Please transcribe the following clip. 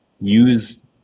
use